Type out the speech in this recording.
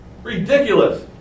Ridiculous